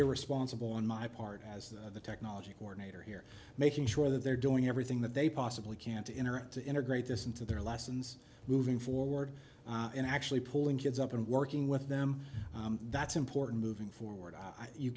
irresponsible on my part as the technology coordinator here making sure that they're doing everything that they possibly can to interact to integrate this into their lessons moving forward and actually pulling kids up and working with them that's important moving forward i you